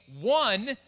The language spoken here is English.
one